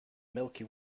milky